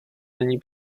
není